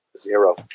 zero